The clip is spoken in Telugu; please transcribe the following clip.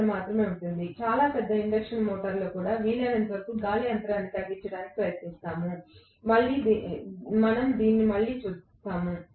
మీ మాత్రమే ఉంటుంది చాలా పెద్ద ఇండక్షన్ మోటారులో కూడా వీలైనంతవరకు గాలి అంతరాన్ని తగ్గించడానికి ప్రయత్నిస్తాము మనం దాన్ని మళ్ళీ చూస్తాము